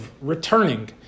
returning